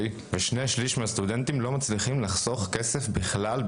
ושני שליש מכלל הסטודנטים לא מצליחים לחסוך כסף בכלל.